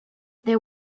there